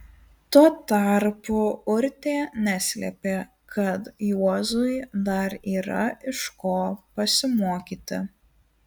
tuo tarpu urtė neslėpė kad juozui dar yra iš ko pasimokyti